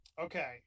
Okay